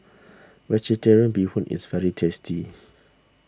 Vegetarian Bee Hoon is very tasty